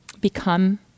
become